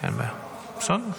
אין בעיה, בסדר.